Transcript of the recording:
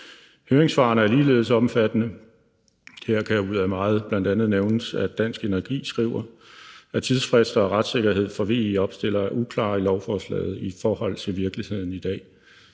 Høringssvarene er ligeledes omfattende. Her kan ud af meget bl.a. nævnes, at Dansk Energi skriver, at tidsfrister og retssikkerhed for VE-opstillere er uklare i lovforslaget i forhold til virkeligheden i dag.